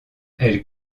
elle